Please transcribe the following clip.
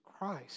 Christ